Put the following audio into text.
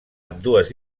ambdues